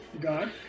god